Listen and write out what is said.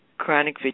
chronic